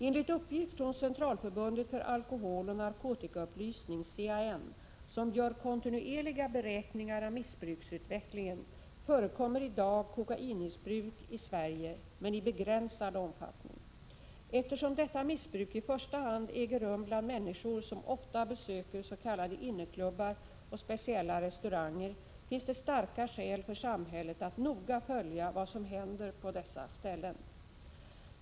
Enligt uppgift från Centralförbundet för alkoholoch narkotikaupplysning , som gör kontinuerliga beräkningar av missbruksutvecklingen, förekommer i dag kokainmissbruk i Sverige, men i begränsad omfattning. Eftersom detta missbruk i första hand äger rum bland människor som ofta besöker s.k. inneklubbar och speciella restauranger finns det starka skäl för samhället att noga följa vad som händer på dessa ställen.